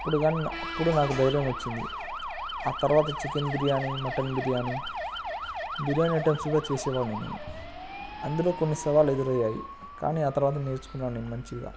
అప్పుడు కానీ అప్పుడు నాకు ధైర్యం వచ్చింది తర్వాత chicken biryani mutton biryani biryani items కూడా చేసేవాడ్ని నేను అందులో కొన్ని సవాళ్ళు ఎదురయ్యారు కానీ ఆ తర్వాత నేర్చుకున్నాను నేను మంచిగా